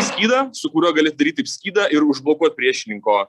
skydą su kuriuo gali skydą ir užblokuot priešininko